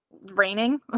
Raining